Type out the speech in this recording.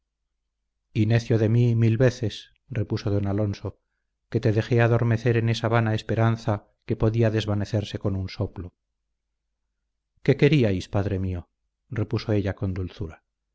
necio de mí mil veces repuso don alonso que te dejé adormecer en esa vana esperanza que podía desvanecerse con un soplo qué queríais padre mío repuso ella con dulzura